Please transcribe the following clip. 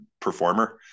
performer